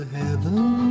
heaven